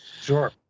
Sure